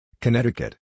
Connecticut